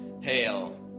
Hail